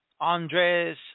Andres